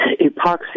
epoxy